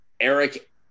Eric